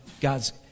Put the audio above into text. God's